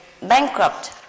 bankrupt